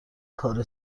کار